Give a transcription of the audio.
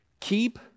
Keep